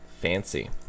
fancy